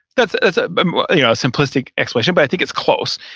that's a simplistic explanation, but i think it's close.